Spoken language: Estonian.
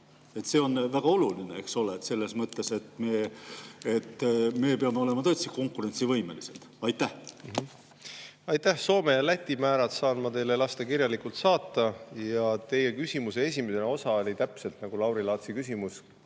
See on väga oluline, eks ole, selles mõttes, et me peame olema konkurentsivõimelised. Aitäh! Soome ja Läti määrad saan ma teile lasta kirjalikult saata. Teie küsimuse esimene osa oli täpselt [sama] nagu Lauri Laatsi küsimus.